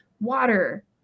water